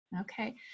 Okay